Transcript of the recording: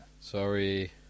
Sorry